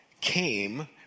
came